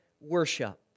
worship